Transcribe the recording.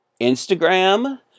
Instagram